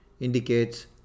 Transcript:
indicates